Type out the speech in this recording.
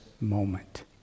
moment